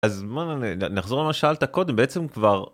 אז מה נחזור למה ששאלת קודם בעצם כבר.